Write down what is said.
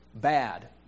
bad